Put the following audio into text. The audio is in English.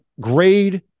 Grade